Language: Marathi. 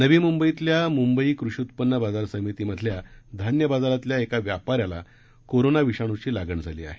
नवी मुंबईतल्या मुंबई कृषी उत्पन्न बाजार समितीमधल्या धान्य बाजारातल्या एका व्यापा याला कोरोना विषाणूची लागण झाली आहे